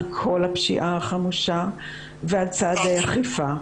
על כל הפשיעה החמושה ועל צעדי אכיפה.